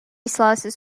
slices